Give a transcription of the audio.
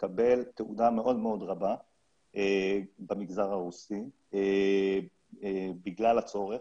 מקבל תהודה מאוד מאוד רבה במגזר הרוסי בגלל הצורך.